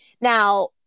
Now